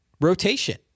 rotation